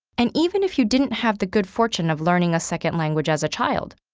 and even if you didn't have the good fortune of learning a second language as a child,